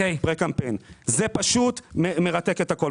זה פשוט מרסק את הכול.